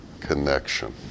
connection